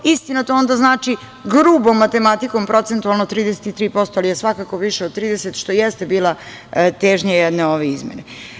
Istina, to onda znači, grubo matematikom, procentualno 33%, ali je svakako više od 30%, što jeste bila težnja ove izmene.